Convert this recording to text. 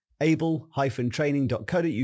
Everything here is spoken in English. able-training.co.uk